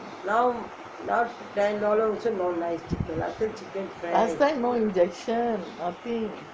last time no injection nothing